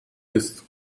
ist